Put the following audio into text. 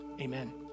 amen